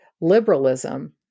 liberalism